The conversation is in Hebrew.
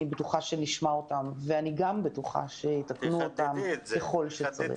אני בטוחה שנשמע אותם ואני גם בטוחה שיתקנו אותם ככל שיוכלו.